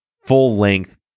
full-length